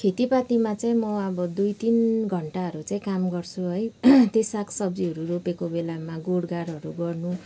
खेतीपातीमा चाहिँ म अब दुई तिन घन्टाहरू चाहिँ काम गर्छु है त्यही सागसब्जीहरू रोपेको बेलामा गोडगाडहरू गर्नु